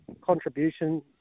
contribution